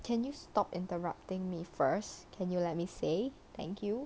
can you stop interrupting me first can you let me say thank you